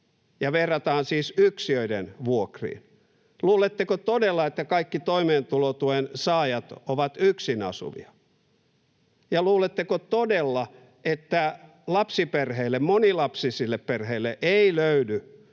ja verrataan siis yksiöiden vuokriin. Luuletteko todella, että kaikki toimeentulotuen saajat ovat yksinasuvia, ja luuletteko todella, että lapsiperheille ja monilapsisille perheille ei löydy